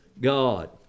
God